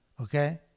Okay